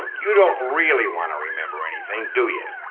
you don't really want to remember anything, do you?